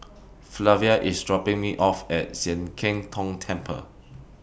Flavia IS dropping Me off At Sian Keng Tong Temple